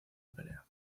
pelea